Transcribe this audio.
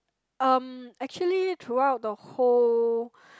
um actually throughout the whole